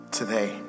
today